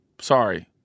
Sorry